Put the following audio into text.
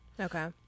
Okay